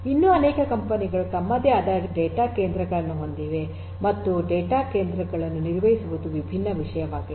ಇನ್ನೂ ಅನೇಕ ಕಂಪನಿಗಳು ತಮ್ಮದೇ ಆದ ಡೇಟಾ ಕೇಂದ್ರಗಳನ್ನು ಹೊಂದಿವೆ ಮತ್ತು ಡೇಟಾ ಕೇಂದ್ರಗಳನ್ನು ನಿರ್ವಹಿಸುವುದು ವಿಭಿನ್ನ ವಿಷಯವಾಗಿದೆ